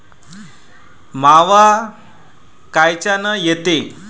मावा कायच्यानं येते?